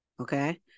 Okay